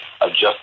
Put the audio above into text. adjust